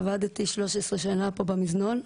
עבדתי 13 שנה במזנון.